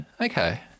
okay